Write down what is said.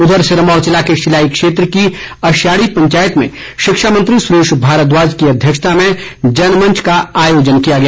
उधर सिरमौर जिले के शिलाई क्षेत्र की अश्याडी पंचायत में शिक्षामंत्री सुरेश भारद्वाज की अध्यक्षता में जनमंच का आयोजन किया गया